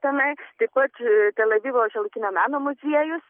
tenai taip pat tel avivo šiuolaikinio meno muziejus